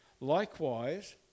Likewise